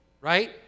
right